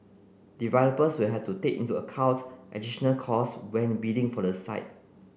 developers will have to take into account additional costs when bidding for the site